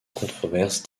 controverses